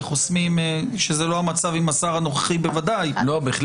שזה בוודאי לא המצב עם השר הנוכחי אלא בדיוק